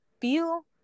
feel